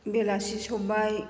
बेलासि समबाय